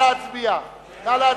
נא להצביע.